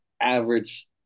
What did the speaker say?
average